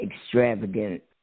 extravagant